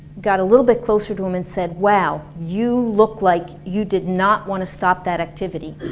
got a little bit closer to him and said wow, you look like you did not want to stop that activity.